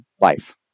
life